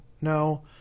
no